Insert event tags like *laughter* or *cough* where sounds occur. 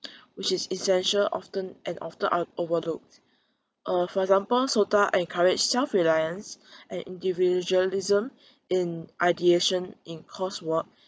*breath* which is essential often and often are overlooked uh for example SOTA encourage self-reliance *breath* and individualism and ideation in coursework